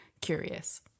curious